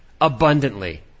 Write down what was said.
abundantly